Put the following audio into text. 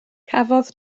cafodd